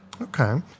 Okay